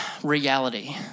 Reality